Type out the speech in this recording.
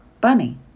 Bunny